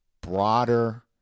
broader